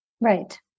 Right